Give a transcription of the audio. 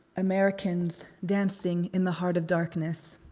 americans dancing in the heart of darkness.